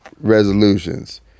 resolutions